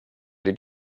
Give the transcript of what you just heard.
did